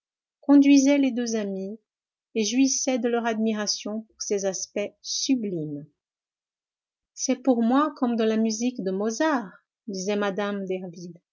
conduisait les deux amies et jouissait de leur admiration pour ces aspects sublimes c'est pour moi comme de la musique de mozart disait mme